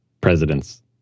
presidents